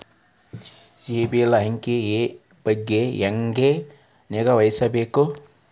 ಸಿಬಿಲ್ ಅಂಕಿ ಬಗ್ಗೆ ಹೆಂಗ್ ನಿಗಾವಹಿಸಬೇಕು?